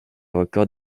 records